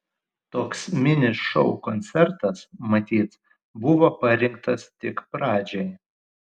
toks mini šou koncertas matyt buvo parinktas tik pradžiai